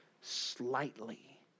slightly